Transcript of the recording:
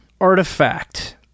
artifact